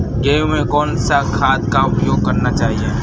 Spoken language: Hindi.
गेहूँ में कौन सा खाद का उपयोग करना चाहिए?